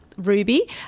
Ruby